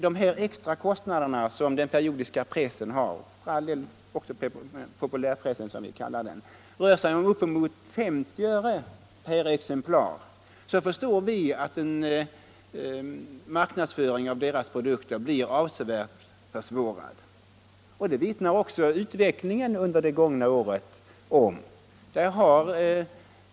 De extra kostnader som den periodiska pressen har — och även populärpressen, som vi kallar den — rör sig om uppemot 50 öre per exemplar, och då förstår vi att marknadsföringen av deras produkter blir avsevärt försvårad. Det vittnar också utvecklingen under det gångna året om.